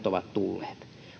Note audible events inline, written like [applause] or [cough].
[unintelligible] ovat tulleet